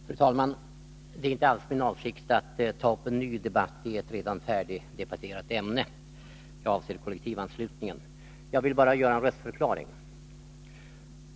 Fru talman! Det är inte alls min avsikt att ta upp en ny debatt i ett färdigdebatterat ämne, dvs. kollektivanslutningen. Jag vill bara avge en röstförklaring.